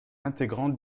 intégrante